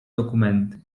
dokumenty